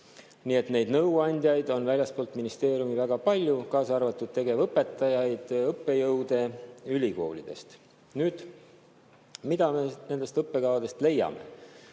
Nii et neid nõuandjaid on olnud väljastpoolt ministeeriumi väga palju, kaasa arvatud tegevõpetajaid ja õppejõude ülikoolidest. Mida me nendest õppekavadest leiame?